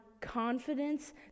confidence